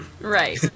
Right